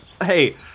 Hey